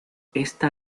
esta